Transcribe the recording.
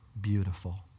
beautiful